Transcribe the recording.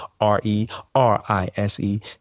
R-E-R-I-S-E